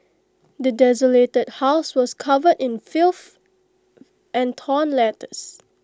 the desolated house was covered in filth and torn letters